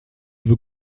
vous